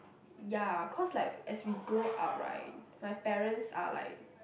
ya cause like as we grow up right my parents are like